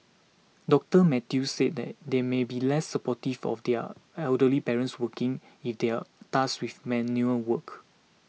Doctor Mathew said that they may be less supportive of their elderly parents working if they are tasked with menial work